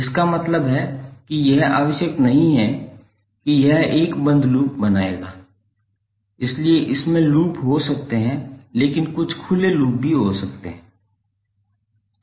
इसका मतलब है कि यह आवश्यक नहीं है कि यह एक बंद लूप बनाएगा इसलिए इसमें लूप हो सकते हैं लेकिन कुछ खुले लूप भी हो सकते हैं